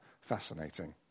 fascinating